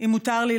אם מותר לי,